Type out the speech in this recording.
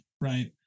right